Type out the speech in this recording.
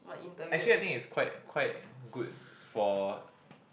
actually I think it's quite quite good for